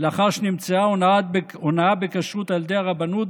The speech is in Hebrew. לאחר שנמצאה הונאה בכשרות על ידי הרבנות,